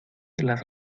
las